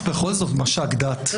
מש"ק דת.